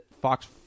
Fox